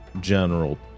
General